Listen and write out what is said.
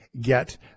get